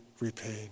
Repaid